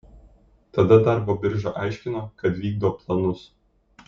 tada darbo birža aiškino kad vykdo planus